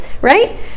right